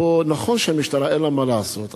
נכון שלמשטרה אין מה לעשות,